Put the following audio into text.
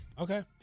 Okay